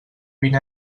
vint